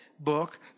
book